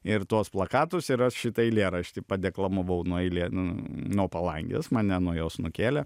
ir tuos plakatus ir šitą eilėraštį padeklamavau nu eilė nuo palangės mane nuo jos nukėlė